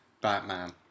Batman